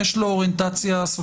יש לו גם אוריינטציה סוציאלית,